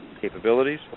capabilities